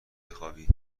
بخوابی